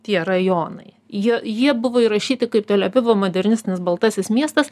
tie rajonai jie jie buvo įrašyti kaip tel avivo modernistinis baltasis miestas